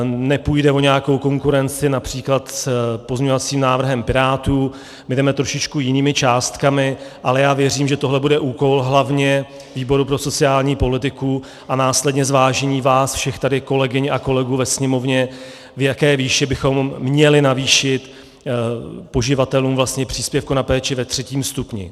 Nepůjde o nějakou konkurenci například s pozměňovacím návrhem Pirátů, my jdeme trošičku jinými částkami, ale já věřím, že tohle bude úkol hlavně výboru pro sociální politiku a následně zvážení vás všech tady, kolegyň a kolegů ve Sněmovně, v jaké výši bychom měli navýšit poživatelům příspěvku na péči ve třetím stupni.